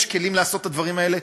יש כלים לעשות את הדברים האלה,